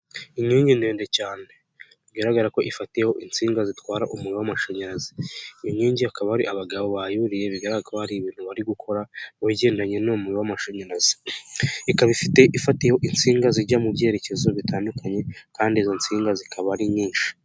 Inyingi ndende cyane bigaragara ko ifatiyeho insinga zitwara umuriro w'amashanyarazi, iyo nkingi akaba ari abagabo bayuriye bigaragara ko hari ibintu bari gukora mu bigendanye'umuriro w'amashanyarazi, ikaba ifatiyeho insinga zijya mu byerekezo bitandukanye kandi izo nsinga zikaba ari nyinshi.